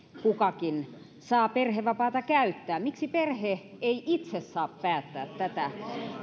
kukakin saa perhevapaata käyttää miksi perhe ei itse saa päättää tätä